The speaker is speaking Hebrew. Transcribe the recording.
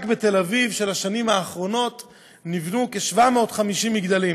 רק בתל אביב נבנו בשנים האחרונות כ-750 מגדלים.